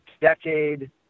decade